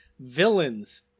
villains